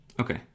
okay